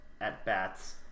at-bats